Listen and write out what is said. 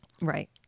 Right